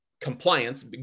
compliance